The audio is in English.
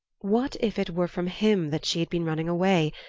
what if it were from him that she had been running away,